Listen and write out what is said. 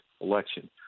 election